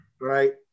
Right